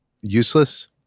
useless